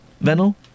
Venal